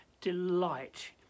delight